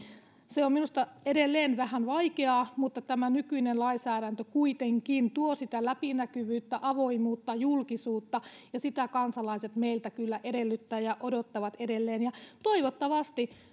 se on minusta edelleen vähän vaikeaa mutta tämä nykyinen lainsäädäntö kuitenkin tuo läpinäkyvyyttä avoimuutta ja julkisuutta ja sitä kansalaiset meiltä kyllä edellyttävät ja odottavat edelleen ja toivottavasti